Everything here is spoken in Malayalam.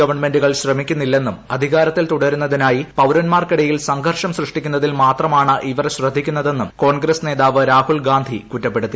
ഗവൺമെന്റുകൾ ശ്രമിക്കുന്നില്ലെന്നും അധികാരത്തിൽ തുടരുന്നതിനായി പൌരന്മാർക്കിടയിൽ സംഘർഷം സൃഷ്ടിക്കുന്നതിൽ മാത്രമാണ് ഇവർ ശ്രദ്ധിക്കുന്നതെന്നും കോൺഗ്രസ് നേതാവ് രാഹുൽ ഗാന്ധി കുറ്റപ്പെടുത്തി